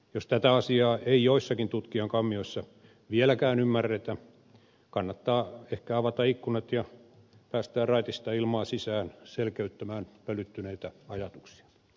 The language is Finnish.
jos tätä asiaa ei joissakin tutkijankammioissa vieläkään ymmärretä kannattaa ehkä avata ikkunat ja päästää raitista ilmaa sisään selkeyttämään pölyttyneitä ajatuksia